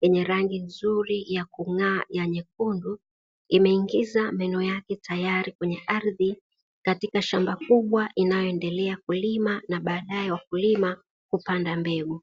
yenye rangi nzuri ya kung'aa ya nyekundu, imeingiza meno yake tayari kwenye ardhi katika shamba kubwa inayoendelea kulima na baadaye wakulima kupanda mbegu.